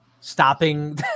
stopping